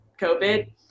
COVID